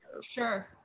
Sure